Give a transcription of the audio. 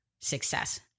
success